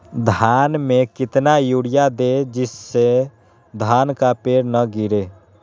धान में कितना यूरिया दे जिससे धान का पेड़ ना गिरे?